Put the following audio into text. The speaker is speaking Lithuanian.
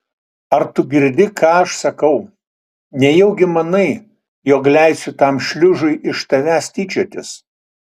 ar tu girdi ką aš sakau nejaugi manai jog leisiu tam šliužui iš tavęs tyčiotis